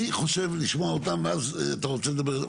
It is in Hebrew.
אני חושב לשמוע אותם ואז אתה רוצה לדבר?